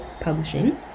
publishing